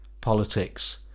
politics